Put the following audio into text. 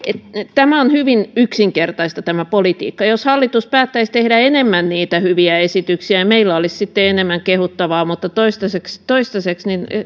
tämä politiikka on hyvin yksinkertaista jos hallitus päättäisi tehdä enemmän niitä hyviä esityksiä meillä olisi sitten enemmän kehuttavaa mutta toistaiseksi toistaiseksi